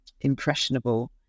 impressionable